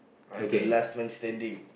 I'm the last man standing